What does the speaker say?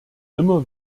immer